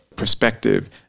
perspective